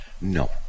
No